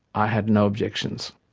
i had no objections.